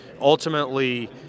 ultimately